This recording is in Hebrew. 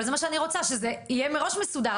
אבל זה מה שאני רוצה שזה יהיה מראש מסודר,